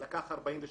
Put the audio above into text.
לקח 48 שעות.